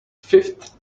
fifth